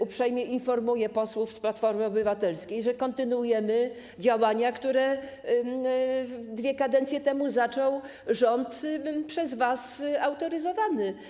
Uprzejmie informuję posłów z Platformy Obywatelskiej, że kontynuujemy działania, które dwie kadencje temu zaczął rząd przez was autoryzowany.